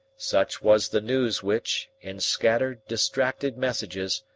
such was the news which, in scattered, distracted messages,